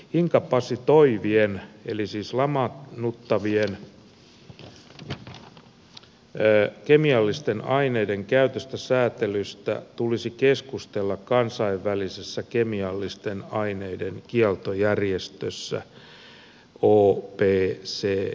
niin sanottujen inkapasitoivien eli lamaannuttavien kemiallisten aineiden käytön säätelystä tulisi keskustella kansainvälisessä kemiallisten aineiden kieltojärjestössä opcw